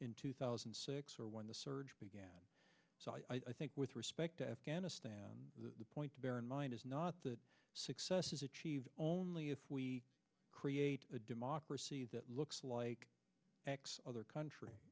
in two thousand and six or when the surge began so i think with respect to afghanistan the point to bear in mind is not that success is achieved only if we create a democracy that looks like other countr